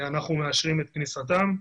אנחנו מאשרים את כניסתם.